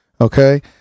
Okay